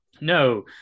no